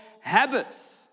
habits